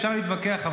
אפשר להתווכח,